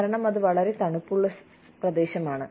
കാരണം അത് വളരെ തണുപ്പാണ്